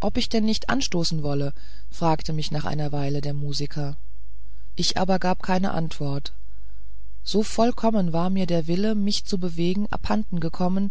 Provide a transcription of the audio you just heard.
ob ich denn nicht anstoßen wolle fragte mich nach einer weile der musiker ich aber gab keine antwort so vollkommen war mir der wille mich zu bewegen abhanden gekommen